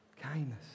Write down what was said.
Kindness